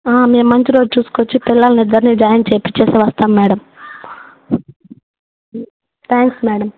మేము మంచి రోజు చూసుకుని వచ్చి పిల్లల్ని ఇద్దరిని జాయిన్ చేయించి వస్తాం మేడం థ్యాంక్స్ మేడం